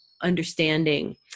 understanding